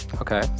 Okay